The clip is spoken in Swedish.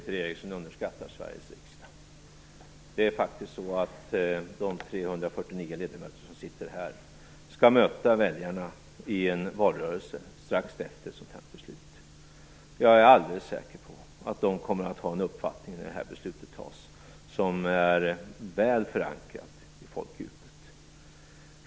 Fru talman! Nu tycker jag att Peter Eriksson underskattar Sveriges riksdag. De 349 ledamöter som sitter här skall möta väljarna i en valrörelse strax efter ett sådant här beslut. Jag är alldeles säker på att de kommer att ha en uppfattning när det här beslutet fattas som är väl förankrad i folkdjupet.